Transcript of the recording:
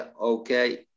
okay